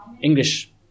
English